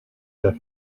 der